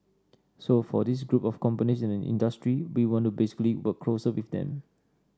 so for these group of companies in the industry we want to basically work closer with them